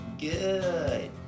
good